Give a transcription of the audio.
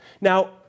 Now